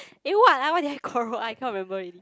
eh what ah what did I quarrel I can't remember already